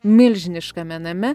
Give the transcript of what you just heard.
milžiniškame name